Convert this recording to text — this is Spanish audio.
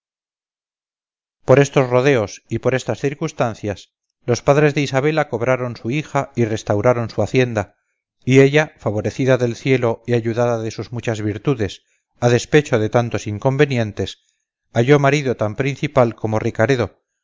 por estos rodeos y por estas circunstancias los padres de isabela cobraron su hija y restauraron su hacienda y ella favorecida del cielo y ayudada de sus muchas virtudes a despecho de tantos inconvenientes halló marido tan principal como ricaredo